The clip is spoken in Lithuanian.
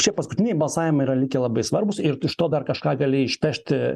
šie paskutiniai balsavimai yra likę labai svarbūs ir iš to dar kažką gali išpešti